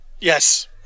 Yes